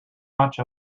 much